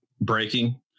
breaking